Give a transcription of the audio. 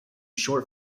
short